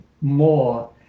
more